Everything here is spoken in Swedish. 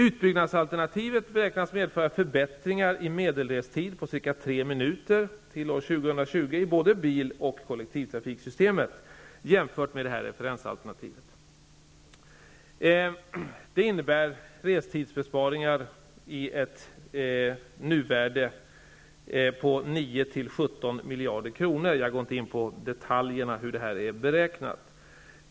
Utbyggnadsalternativet beräknas medföra förbättringar i medelrestid på cirka tre minuter till år 2020, när det gäller både bil och kollektivtrafiksystemet, jämfört med referensalternativet. Det innebär restidsbesparingar i ett nuvärde på 9--17 miljarder kronor. Jag går inte i detalj in på hur detta är beräknat.